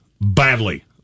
Badly